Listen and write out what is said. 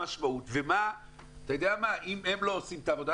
ואם הם לא עושים את העבודה,